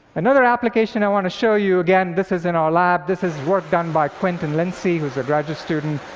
another application i want to show you again, this is in our lab. this is work done by quentin lindsey, who's a graduate student.